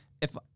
if-